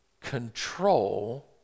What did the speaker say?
control